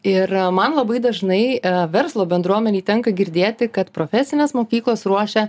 ir man labai dažnai verslo bendruomenėj tenka girdėti kad profesinės mokyklos ruošia